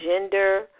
gender